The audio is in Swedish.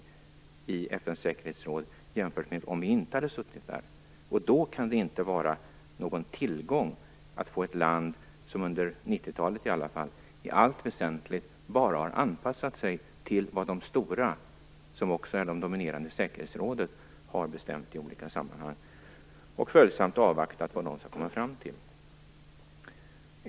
Vi skall med vår närvaro påverka och förändra. Då kan det inte vara någon tillgång att få med ett land som i alla fall under 90-talet i allt väsentligt bara har anpassat sig till vad de stora, som också är de dominerande i säkerhetsrådet, har bestämt i olika sammanhang och följsamt avvaktat vad de har kommit fram till.